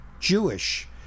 Jewish